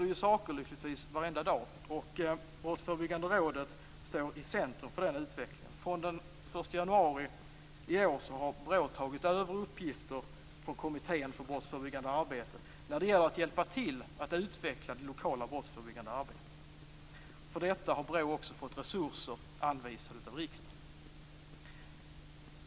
Men lyckligtvis händer det saker varenda dag, och Brottsförebyggande rådet står i centrum för den utvecklingen. Från den 1 januari i år har BRÅ tagit över uppgifter från Kommittén för brottsförebyggande arbete när det gäller att hjälpa till att utveckla det lokala brottsförebyggande arbetet. För detta har BRÅ också fått resurser anvisade av riksdagen.